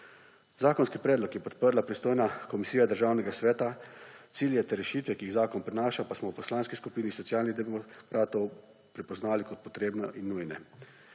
Zakonski predlog je podprla pristojna komisija Državnega sveta, cilje in rešitve, ki jih zakon prinaša, pa smo v Poslanski skupini Socialnih demokratov prepoznali kot potrebne in nujne.